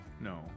no